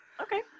Okay